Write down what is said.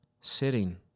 sitting